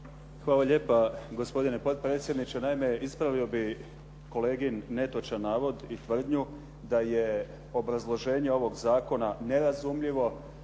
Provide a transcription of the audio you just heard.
Hvala lijepa gospodine potpredsjedniče. Naime, ispravio bih kolegin netočan navod i tvrdnju da je obrazloženje ovog zakona nerazumljivo